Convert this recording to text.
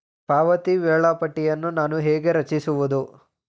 ಪಾವತಿ ವೇಳಾಪಟ್ಟಿಯನ್ನು ನಾನು ಹೇಗೆ ರಚಿಸುವುದು?